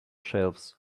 shelves